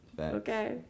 Okay